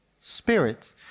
spirit